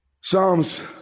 Psalms